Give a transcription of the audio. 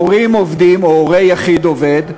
הורים עובדים או הורה יחיד עובד,